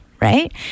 right